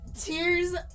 Tears